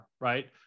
right